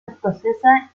escocesa